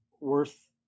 worth